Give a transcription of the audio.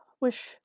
wish